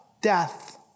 Death